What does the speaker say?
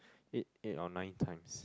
eight eight or nine times